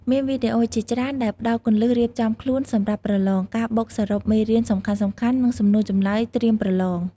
មានវីដេអូជាច្រើនដែលផ្ដល់ គន្លឹះរៀបចំខ្លួនសម្រាប់ប្រឡង ការបូកសរុបមេរៀនសំខាន់ៗ និងសំណួរចម្លើយត្រៀមប្រឡង។